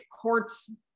courts